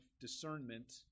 discernment